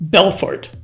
Belfort